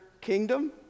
kingdom